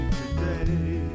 today